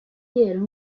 kid